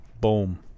Boom